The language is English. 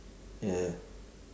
ya ya